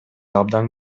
абдан